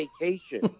vacation